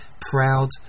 proud